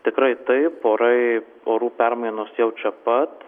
tikrai taip orai orų permainos jau čia pat